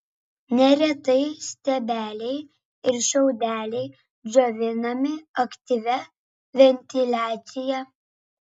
neretai stiebeliai ir šiaudeliai džiovinami aktyvia ventiliacija